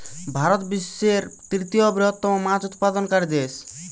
ভারত বিশ্বের তৃতীয় বৃহত্তম মাছ উৎপাদনকারী দেশ